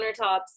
countertops